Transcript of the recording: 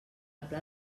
pla